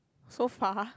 so far